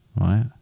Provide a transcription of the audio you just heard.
right